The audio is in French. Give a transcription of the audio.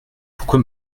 pourquoi